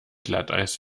glatteis